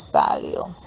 value